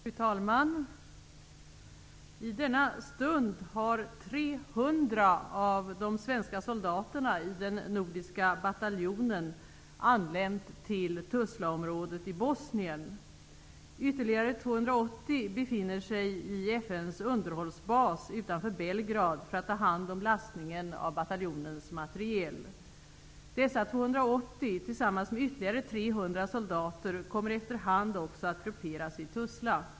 Fru talman! I denna stund har 300 av de svenska soldaterna i den nordiska bataljonen anlänt till Tuzlaområdet i Bosnien. Ytterligare 280 befinner sig i FN:s underhållsbas utanför Belgrad för att ta hand om lastningen av bataljonens materiel. Dessa 280, tillsammans med ytterligare 300 soldater, kommer efter hand också att grupperas i Tuzla.